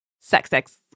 sex-sex